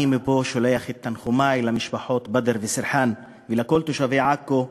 אני שולח מפה את תנחומי למשפחות בדר וסרחאן ולכל תושבי עכו,